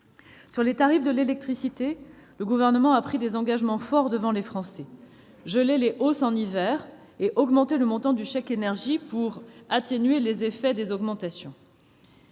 Sur les tarifs de l'électricité, le Gouvernement a pris des engagements forts devant les Français : geler les hausses en hiver et augmenter le montant du chèque énergie pour atténuer les effets des augmentations.